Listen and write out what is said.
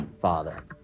Father